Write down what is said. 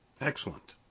Excellent